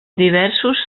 diversos